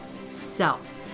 self